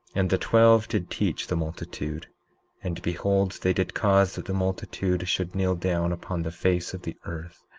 and the twelve did teach the multitude and behold, they did cause that the multitude should kneel down upon the face of the earth,